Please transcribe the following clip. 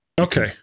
Okay